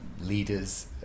leaders